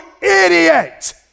idiot